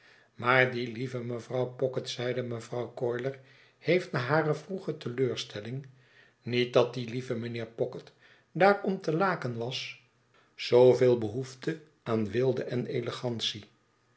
maar die lieve mevrouw pocket zeide mevrouw coiler heeft na hare vroege teleurstelling niet dat die lieve mijnheer pocket daarom te laken was zooveel behoefte aan weelde en elegantie